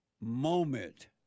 moment